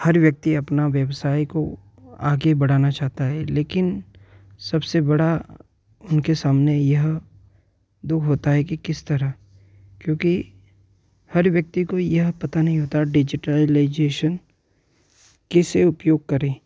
हर व्यक्ति अपना व्यवसाय को आगे बढ़ाना चाहता है लेकिन सबसे बड़ा उनके सामने यह दु ख होता है कि किस तरह क्योंकि हर व्यक्ति को यह पता नहीं होता डिजिटायलायजेशन कैसे उपयोग करें